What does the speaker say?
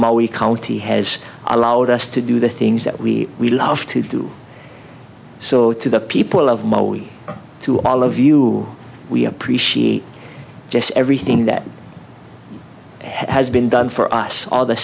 wee county has allowed us to do the things that we we love to do so to the people of modi to all of you we appreciate just everything that has been done for us all the